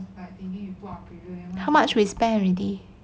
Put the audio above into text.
how much we spend already